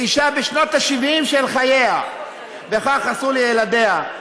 לאישה בשנות ה-70 של חייה, וכך עשו לילדיה.